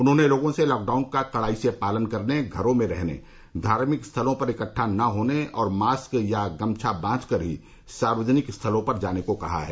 उन्होंने लोगों से लॉकडाउन का कड़ाई से पालन करने घरों में रहने धार्मिक स्थलों पर इकट्ठा न होने और मास्क या गमछा बांधकर ही सार्वजनिक स्थलों पर जाने को कहा है